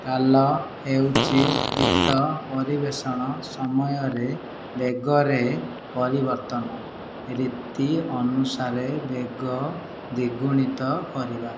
କାଲ ହେଉଛି ଗୀତ ପରିବେଷଣ ସମୟରେ ବେଗରେ ପରିବର୍ତ୍ତନ ରୀତି ଅନୁସାରେ ବେଗ ଦିଗୁଣିତ କରିବା